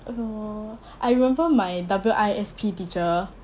oh I remember my W_I_S_P teacher